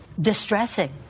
distressing